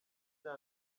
rya